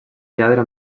lladre